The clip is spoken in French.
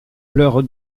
pleure